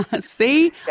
See